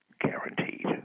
guaranteed